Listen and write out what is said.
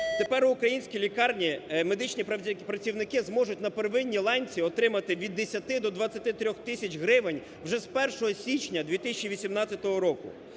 Тепер в українській лікарні медичні працівники зможуть на первинній ланці отримати від 10 до 23 тисяч гривень вже з 1 січні 2018 року.